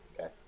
Okay